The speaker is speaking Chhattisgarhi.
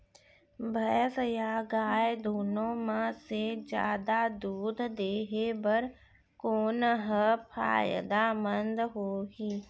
भैंस या गाय दुनो म से जादा दूध देहे बर कोन ह फायदामंद होही?